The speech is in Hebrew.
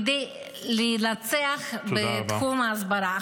כדי לנצח בתחום ההסברה -- תודה רבה.